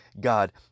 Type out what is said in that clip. God